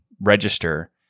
register